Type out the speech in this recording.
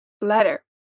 letter